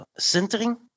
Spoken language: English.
sintering